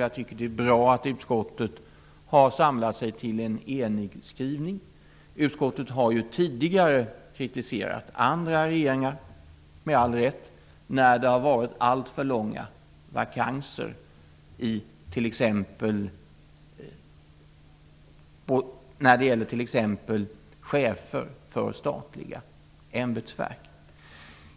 Jag tycker att det är bra att utskottet har samlat sig till en enig skrivning. Utskottet har ju tidigare kritiserat andra regeringar, med all rätt, när det har varit alltför långa vakanser när det gäller t.ex.